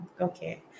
okay